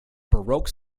baroque